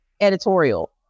editorial